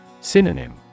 Synonym